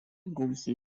gausiai